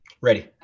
Ready